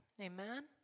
Amen